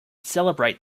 celebrate